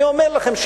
אני אומר לכם,